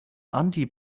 anti